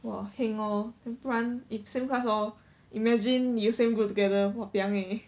!wah! heng lor 要不然 if same class hor imagine you same group together !wahpiang! eh